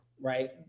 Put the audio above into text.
right